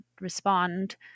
respond